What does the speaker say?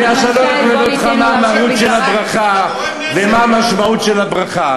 אני עכשיו לא אלמד אותך מה המהות של הברכה ומה המשמעות של הברכה.